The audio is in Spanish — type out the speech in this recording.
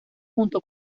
junto